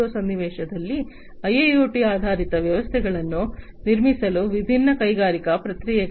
0 ಸನ್ನಿವೇಶದಲ್ಲಿ ಐಐಒಟಿ ಆಧಾರಿತ ವ್ಯವಸ್ಥೆಗಳನ್ನು ನಿರ್ಮಿಸಲು ವಿಭಿನ್ನ ಕೈಗಾರಿಕಾ ಪ್ರಕ್ರಿಯೆಗಳು